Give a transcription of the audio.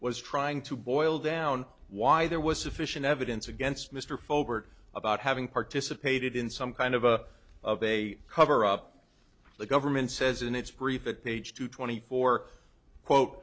was trying to boil down why there was sufficient evidence against mr folks about having participated in some kind of a of a cover up the government says in its brief it page two twenty four quote